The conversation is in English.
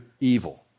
evil